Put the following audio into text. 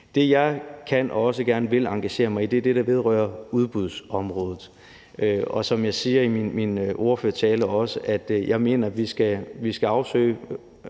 Det, jeg kan og også gerne vil engagere mig i, er det, der vedrører udbudsområdet, og som jeg også siger i min tale, mener jeg, at vi skal afsøge,